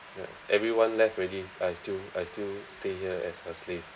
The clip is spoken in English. ya everyone left already I still I still stay here as her slave